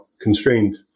constrained